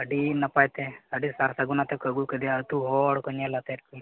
ᱟᱹᱰᱤ ᱱᱟᱯᱟᱭᱛᱮ ᱟᱹᱰᱤ ᱥᱟᱨᱼᱥᱟᱹᱜᱩᱱ ᱟᱛᱮᱫ ᱠᱚ ᱟᱹᱜᱩ ᱠᱮᱫᱮᱭᱟ ᱟᱹᱛᱩ ᱦᱚᱲ ᱠᱚ ᱧᱮᱞ ᱟᱛᱮᱫ ᱠᱚ